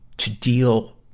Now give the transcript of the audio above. to deal